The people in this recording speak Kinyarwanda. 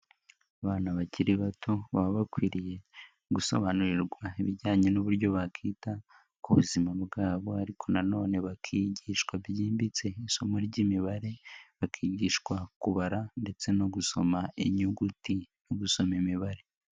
Abana bakiri bato baba bakwiriye gusobanurirwa ibijyanye n'uburyo bakita ku buzima bwabo ariko na none bakigishwa byimbitse isomo ry'imibare, bakigishwa kubara ndetse no gusoma inyuguti no gusoma imibare.